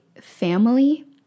family